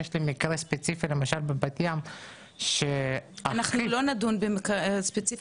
יש לי מקרה ספציפי בבת ים --- אנחנו לא נדון במקרה ספציפי,